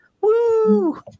Woo